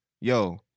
yo